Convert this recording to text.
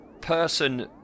person